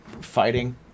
fighting